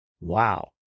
Wow